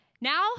Now